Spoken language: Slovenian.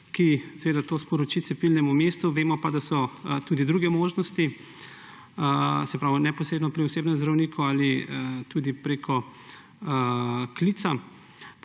ki to sporoči cepilnemu mestu. Vemo pa, da so tudi druge možnosti, se pravi neposredno pri osebnem zdravniku ali tudi preko klica